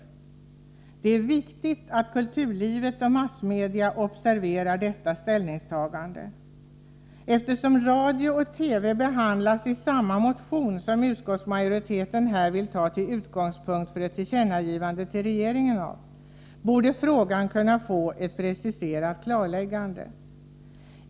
Det är viktigt att kulturlivet och massmedierna observerar detta ställningstagande. Eftersom radio och TV behandlas i samma motion som utskottsmajoriteten här vill ta till utgångspunkt för ett tillkännagivande till regeringen, borde frågan kunna få ett preciserat klarläggande.